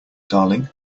darling